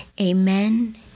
Amen